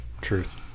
Truth